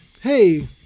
Hey